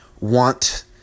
want